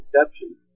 exceptions